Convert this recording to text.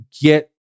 get